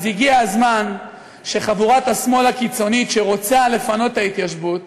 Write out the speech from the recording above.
אז הגיע הזמן שחבורת השמאל הקיצונית שרוצה לפנות את ההתיישבות